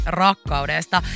rakkaudesta